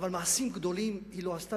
אבל מעשים גדולים היא לא עשתה,